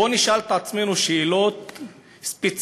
בואו נשאל את עצמנו שאלות ספציפיות.